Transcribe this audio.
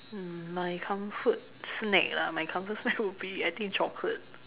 mm my comfort snack lah my comfort snack would be I think chocolate